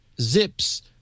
zips